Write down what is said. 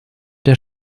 der